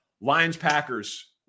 Lions-Packers